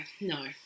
no